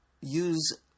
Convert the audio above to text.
use